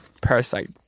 Parasite